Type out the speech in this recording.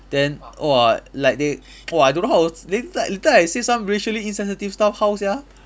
then !whoa! like they oh I don't know how then it's like later I say some racially insensitive stuff how sia